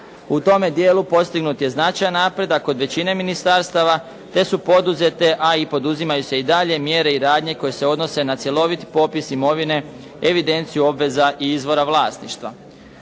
U tome dijelu postignut je značajan napredak od većine ministarstava, te su poduzete a i poduzimaju se i dalje mjere i radnje koje se odnose na cjelovit popis imovine, evidenciju obveza i izvora vlasništva.